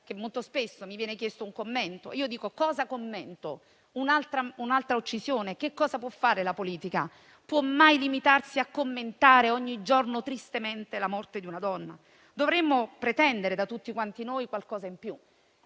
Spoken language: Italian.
Molto spesso mi viene chiesto un commento, ma cosa devo commentare: un'altra uccisione? Che cosa può fare la politica? Può mai limitarsi a commentare ogni giorno tristemente la morte di una donna? Dovremmo pretendere da tutti quanti noi qualcosa in più.